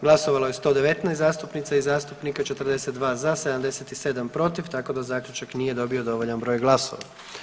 Glasovalo je 119 zastupnica i zastupnika, 42 za, 77 protiv tako da zaključak nije dobio dovoljan broj glasova.